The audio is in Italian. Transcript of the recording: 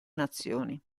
nazioni